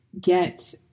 get